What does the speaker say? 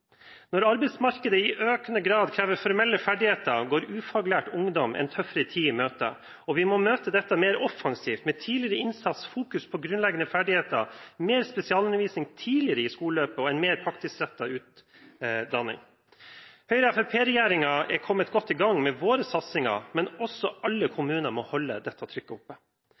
Når arbeidsmarkedet i økende grad krever formelle ferdigheter, går ufaglært ungdom en tøffere tid i møte, og vi må møte dette mer offensivt, med tidligere innsats, fokus på grunnleggende ferdigheter, mer spesialundervisning tidligere i skoleløpet og en mer praktisk rettet utdanning. Med Høyre–Fremskrittsparti-regjeringen er vi kommet godt i gang med våre satsinger, men også alle kommuner må holde dette trykket oppe.